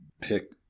pick